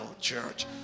church